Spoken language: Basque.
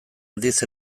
aldiz